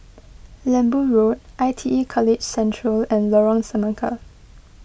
Lembu Road I T E College Central and Lorong Semangka